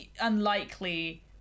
unlikely